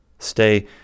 Stay